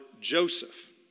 Joseph